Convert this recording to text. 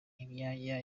imyanya